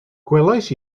gwelais